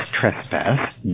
trespass